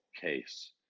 case